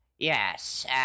Yes